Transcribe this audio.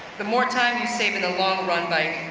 the more time you save in a long run by